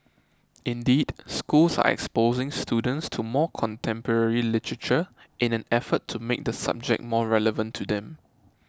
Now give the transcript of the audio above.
indeed schools are exposing students to more contemporary literature in an effort to make the subject more relevant to them